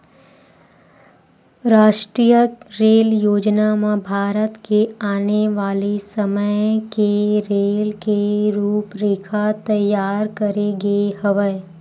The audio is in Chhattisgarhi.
रास्टीय रेल योजना म भारत के आने वाले समे के रेल के रूपरेखा तइयार करे गे हवय